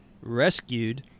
rescued